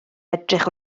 edrych